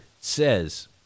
says